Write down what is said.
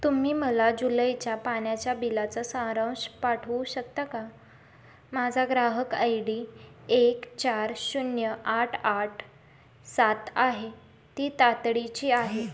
तुम्ही मला जुलैच्या पाण्याच्या बिलाचा सारांश पाठवू शकता का माझा ग्राहक आय डी एक चार शून्य आठ आठ सात आहे ती तातडीची आहे